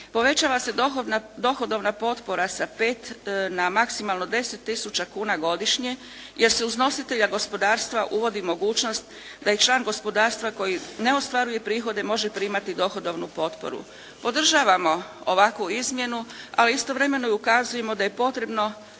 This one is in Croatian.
Povećava se dohodovna potpora sa 5 na maksimalno 10 tisuća kuna godišnje, jer se uz nositelja gospodarstva uvodi mogućnost da i član gospodarstva koji ne ostvaruje prihode može primati dohodovnu potporu. Podržavamo ovakvu izmjenu, ali istovremeno i ukazujemo da je potrebno